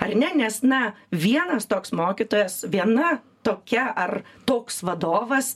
ar ne nes na vienas toks mokytojas viena tokia ar toks vadovas